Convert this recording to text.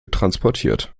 transportiert